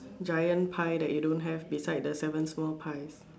giant pie that you don't have beside the seven small pies